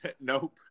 Nope